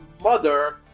mother